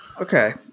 Okay